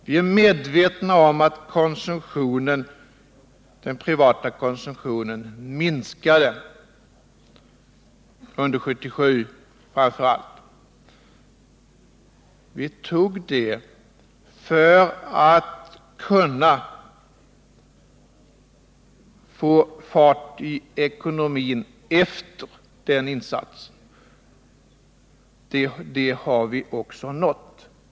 Vi är medvetna om att den privata konsumtionen minskat framför allt under 1977. Vi tog denna följdverkan för att genom insatsen kunna få fart i ekonomin. Det målet har vi också nått.